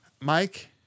Mike